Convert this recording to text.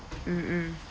mm mm